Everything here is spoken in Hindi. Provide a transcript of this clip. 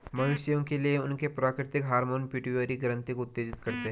मवेशियों के लिए, उनके प्राकृतिक हार्मोन पिट्यूटरी ग्रंथि को उत्तेजित करते हैं